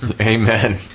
Amen